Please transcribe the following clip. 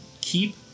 keep